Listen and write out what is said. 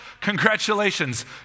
congratulations